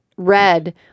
red